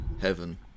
heaven